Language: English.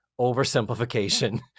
oversimplification